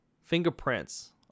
fingerprints